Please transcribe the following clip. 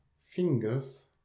fingers